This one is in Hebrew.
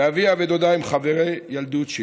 ואביה ודודיה הם חברי ילדות שלי.